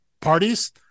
Parties